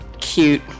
cute